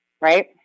right